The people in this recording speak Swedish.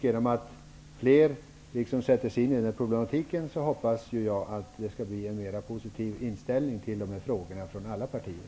Genom att fler sätter sig in i den här problematiken hoppas jag på en mera positiv inställning till dessa frågor från alla partier.